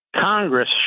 Congress